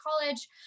college